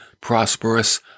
prosperous